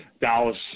Dallas